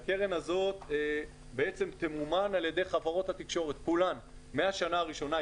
והקרן הזאת בעצם תמומן על ידי חברות התקשורת כולן מהשנה הראשונה.